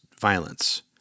violence